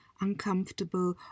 uncomfortable